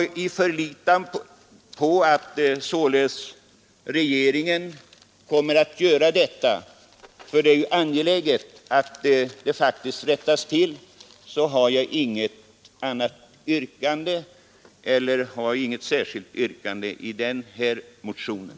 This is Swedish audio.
I förlitande på att regeringen kommer att göra detta — det är faktiskt angeläget att det rättas till — har jag inget särskilt yrkande med anledning av motionen.